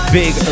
big